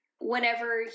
whenever